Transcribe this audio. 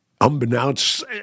unbeknownst